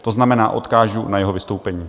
To znamená, odkážu na jeho vystoupení.